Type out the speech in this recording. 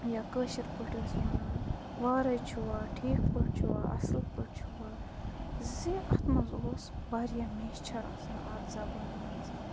یا کٲشِرۍ پٲٹھۍ ٲسۍ وَنان وارٔے چھُوا ٹھیٖک پٲٹھۍ چھُوا اصٕل پٲٹھۍ چھُوا زِ اَتھ منٛز اوس واریاہ میچھَر آسان اَتھ زَبٲنۍ مَنٛز